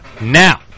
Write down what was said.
Now